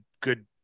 good